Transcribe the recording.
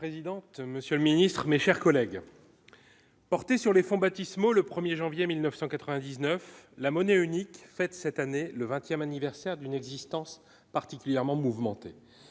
Madame la présidente, monsieur le Ministre, mes chers collègues, portée sur les fonts baptismaux le 1er janvier 1999, la monnaie unique fête cette année le 20ème anniversaire d'une existence particulièrement mouvementée,